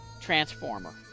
transformer